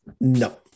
No